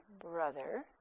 brother